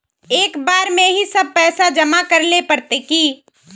एक बार में ही सब पैसा जमा करले पड़ते की?